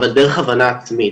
אבל דרך הבנה עצמית,